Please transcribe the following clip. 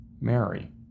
Mary